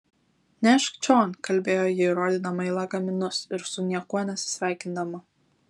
nešk čion kalbėjo ji rodydama į lagaminus ir su niekuo nesisveikindama